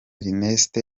ernest